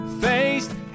faced